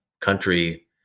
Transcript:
country